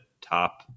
top